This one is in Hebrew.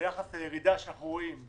ביחס לירידה שאנחנו רואים.